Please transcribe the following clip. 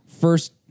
first